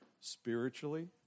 spiritually